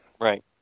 Right